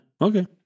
Okay